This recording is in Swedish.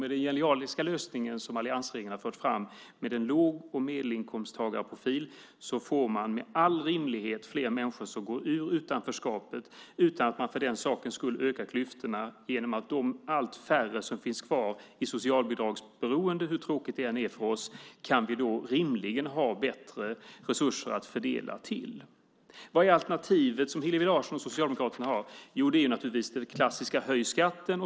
Med den genialiska lösningen som alliansregeringen har fört fram, alltså med en låg och medelinkomsttagarprofil, får man med all rimlighet fler människor som går ur utanförskapet utan att man för den sakens skull ökar klyftorna. Vi får då rimligen mer resurser att fördela till de allt färre som, hur tråkigt det än är för oss, finns kvar i socialbidragsberoende. Vad är alternativet som Hillevi Larsson från Socialdemokraterna har? Naturligtvis det klassiska: Höj skatten!